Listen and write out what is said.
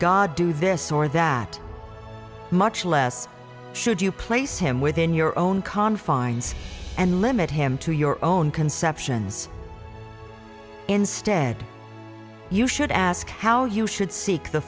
god do this or that much less should you place him within your own confines and limit him to your own conceptions instead you should ask how you should seek the